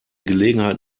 gelegenheit